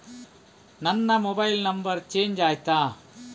ನನ್ನ mobile number change ಆಯ್ತಾ?